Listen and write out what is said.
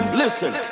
listen